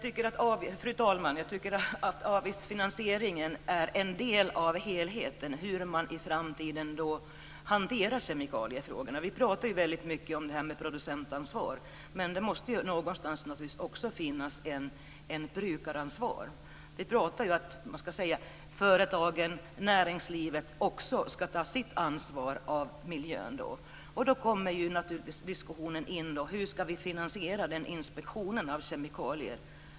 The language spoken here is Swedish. Fru talman! Jag tycker att avgiftsfinansieringen är en del av helheten. Det handlar om hur man i framtiden hanterar kemikaliefrågorna. Vi talar ju väldigt mycket om detta med producentansvar, men det måste naturligtvis någonstans också finnas ett brukaransvar. Vi talar ju om att företagen och näringslivet också ska ta sitt ansvar för miljön. Då kommer naturligtvis diskussionen in på hur vi ska finansiera inspektionen av kemikalier.